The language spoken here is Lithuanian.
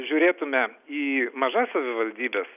žiūrėtume į mažas savivaldybes